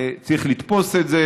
צריך לתפוס את זה.